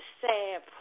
sad